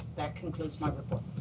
that concludes my report.